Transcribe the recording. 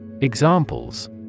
Examples